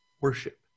worship